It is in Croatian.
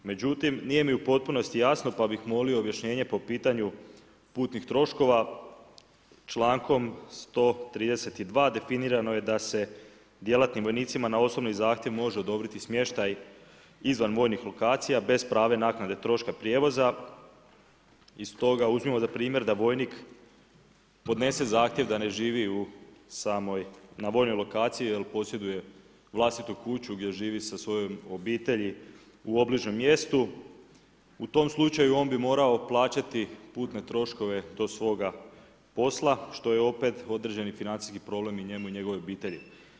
Međutim, nije mi u potpunosti jasno pa bih molio objašnjenje po pitanju putnih troškova, člankom 132. definirano je da se djelatnim vojnicima na osobni zahtjev može odobriti smještaj izvan vojnih lokacija bez prave naknade troška prijevoza i stoga uzmimo za primjer da vojnik podnese zahtjev da ne živi na vojnoj lokaciji jer posjeduje vlastitu kuću gdje živi sa svojom obitelji u obližnjem mjestu, u tom slučaju on bi morao plaćati putne troškove do svoga posla što je opet određeni financijski problem i njemu i njegovoj obitelji.